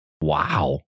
Wow